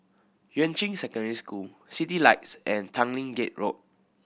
Yuan Ching Secondary School Citylights and Tanglin Gate Road